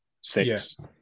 six